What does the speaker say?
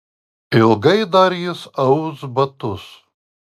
ilgai dar jis aus batus